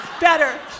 Better